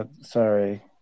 Sorry